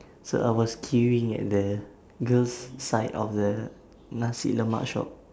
so I was queuing at the girls' side of the nasi lemak shop